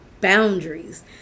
boundaries